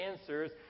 answers